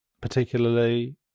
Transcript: particularly